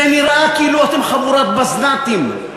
זה נראה כאילו אתם חבורת בזנ"טים,